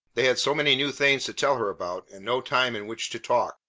they had so many new things to tell her about, and no time in which to talk.